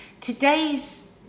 Today's